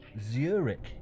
Zurich